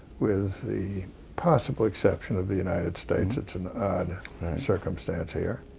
with the possible exception of the united states. it's an odd circumstance here,